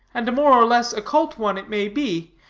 and a more or less occult one it may be,